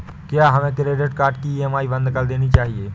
क्या हमें credit card की ई.एम.आई बंद कर देनी चाहिए?